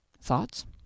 Thoughts